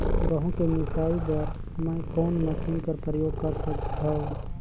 गहूं के मिसाई बर मै कोन मशीन कर प्रयोग कर सकधव?